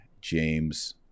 James